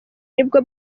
nibwo